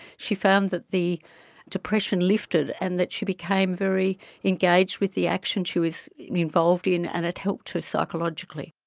she found that the depression lifted and that she became very engaged with the action she was involved in and it helped her psychologically.